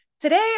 today